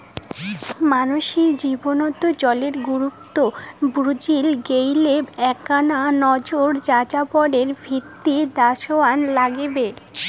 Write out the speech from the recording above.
মানষির জীবনত জলের গুরুত্ব বুজির গেইলে এ্যাকনা নজর যাযাবরের ভিতি দ্যাওয়ার নাইগবে